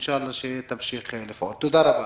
בבקשה.